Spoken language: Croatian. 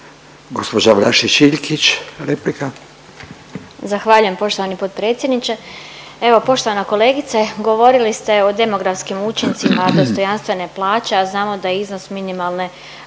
**Vlašić Iljkić, Martina (SDP)** Zahvaljujem poštovani potpredsjedniče. Evo poštovana kolegice govorili ste o demografskim učincima dostojanstvene plaće, a znamo da je iznos minimalne